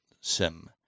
sim